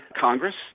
Congress